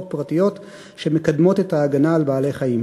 פרטיות שמקדמות את ההגנה על בעלי-חיים,